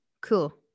cool